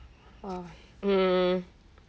uh um